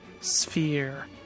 sphere